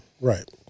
Right